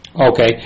Okay